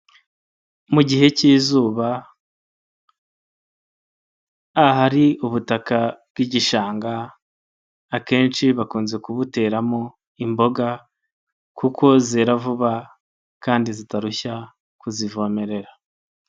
Mu gihe cy'izuba, ahari ubutaka bw'igishanga, akenshi bakunze kubuteramo imboga kuko zera vuba kandi zitarushya kuzivomerera.